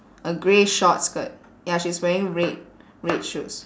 a grey short skirt ya she's wearing red red shoes